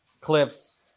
Cliff's